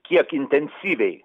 kiek intensyviai